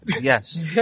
Yes